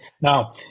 Now